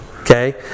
Okay